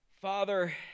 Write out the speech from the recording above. Father